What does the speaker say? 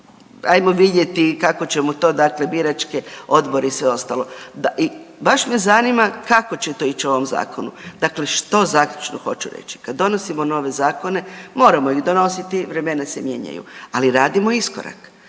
ajmo vidjeti kako ćemo to dakle biračke odbore i sve ostalo. I baš me zanima kako će to ići u ovom zakonu. Dakle, što zaključno hoću reći? Kad donosimo nove zakone moramo ih donositi vremena se mijenjaju, ali radimo iskorak,